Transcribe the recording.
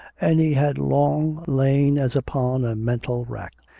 and he had long lain as upon a mental rack.